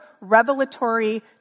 revelatory